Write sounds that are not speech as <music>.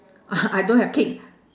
<noise> I don't have cake